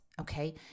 Okay